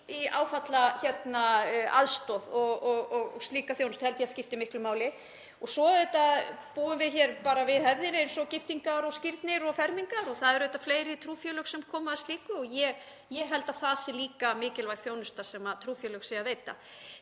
að áfallaaðstoð og slíkri þjónustu held ég að skipti miklu máli og svo búum við hér við hefðir eins og giftingar, skírnir og fermingar. Það eru auðvitað fleiri trúfélög sem koma að slíku og ég held að það sé líka mikilvæg þjónusta sem trúfélög veita.